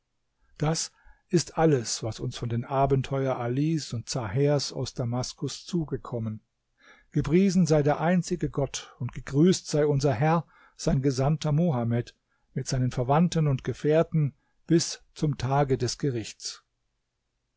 das ist alles was uns von den abenteuern alis und zahers aus damaskus zugekommen gepriesen sei der einzige gott und gegrüßt sei unser herr sein gesandter mohammed mit seinen verwandten und gefährten bis zum tage des gerichts